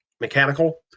mechanical